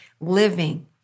living